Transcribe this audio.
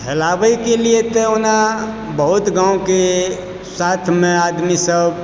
हेलाबय के लियऽ तऽ ओना बहुत गाव के साथ मे आदमी सब